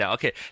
Okay